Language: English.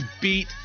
beat